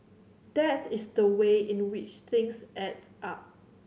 that is the way in which things add up